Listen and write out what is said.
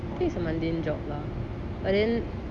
I think it's a mundane job lah but then